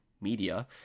media